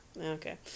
Okay